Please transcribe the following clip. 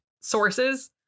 sources